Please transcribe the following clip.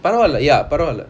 பரவலா:paravala ya பரவலா:paravala